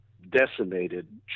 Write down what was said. decimated